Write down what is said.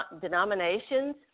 denominations